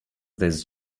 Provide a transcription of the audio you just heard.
this